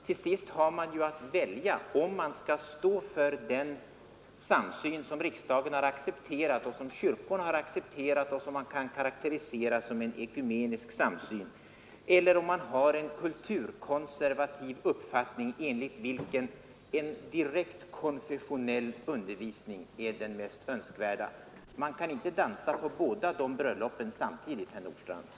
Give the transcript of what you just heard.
Till sist har man att välja om man skall stå för den grundval för ämnet som riksdagen och kyrkorna har accepterat och som man kan karakteri sera som en ekumenisk samsyn eller om man vill hävda en kulturkonservativ uppfattning, enligt vilken en direkt konfessionell undervisning är det mest önskvärda. Man kan inte dansa på båda dessa bröllop samtidigt, herr Nordstrandh.